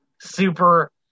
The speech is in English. super